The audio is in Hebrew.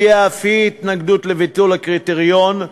הביעה אף היא התנגדות לביטול הקריטריון,